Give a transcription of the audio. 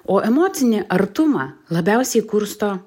o emocinį artumą labiausiai kursto